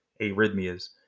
arrhythmias